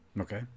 Okay